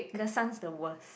the son's the worst